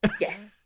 Yes